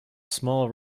small